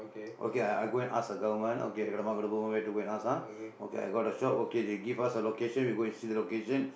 okay I I go and ask the government okay I know where to ask ah okay I got a shop okay they give us a location we go and see the location